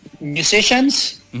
Musicians